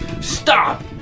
Stop